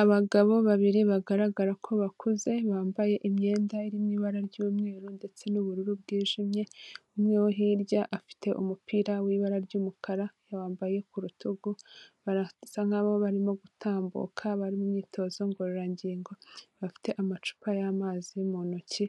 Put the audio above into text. Abagabo babiri bagaragara ko bakuze, bambaye imyenda iri mu ibara ry'umweru, ndetse n'ubururu bwijimye, umwe wo hirya afite umupira w'ibara ry'umukara yawambaye ku rutugu, barasa nk'aho barimo gutambuka bari mu myitozo ngororangingo, bafite amacupa y'amazi mu ntoki,